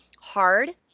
hard